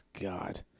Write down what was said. God